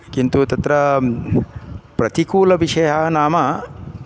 किन्तु तत्र प्रतिकूलविषयः नाम